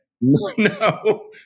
No